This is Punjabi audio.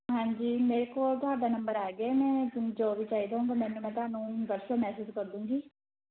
ਹਾਂਜੀ ਮੇਰੇ ਕੋਲ ਤੁਹਾਡਾ ਨੰਬਰ ਆਗਿਆ ਮੈਂ ਜੋ ਵੀ ਚਾਹੀਦਾ ਹੋਵੇਗਾ ਮੈਨੂੰ ਮੈਂ ਤੁਹਾਨੂੰ ਦੱਸਦਗੀ ਮੈਸੇਜ ਕਰਦੂੰਗੀ